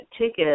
ticket